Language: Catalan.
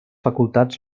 facultats